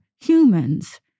humans